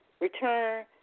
return